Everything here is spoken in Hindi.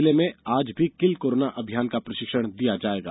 जिले में आज भी किल कोरोना अभियान का प्रशिक्षण दिया जायेगा